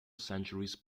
centuries